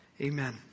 Amen